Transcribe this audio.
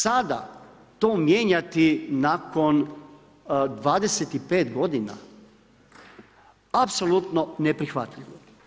Sada to mijenjati nakon 25 godina, apsolutno neprihvatljivo.